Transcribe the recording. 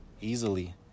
easily